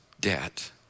debt